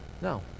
No